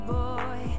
boy